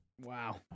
Wow